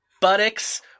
buttocks